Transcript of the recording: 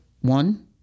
one